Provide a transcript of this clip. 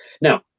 Now